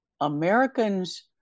Americans